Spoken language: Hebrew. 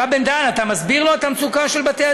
הרב בן-דהן, אתה מסביר לו את המצוקה של בתי-הדין?